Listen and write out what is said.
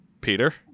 Peter